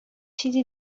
چیزی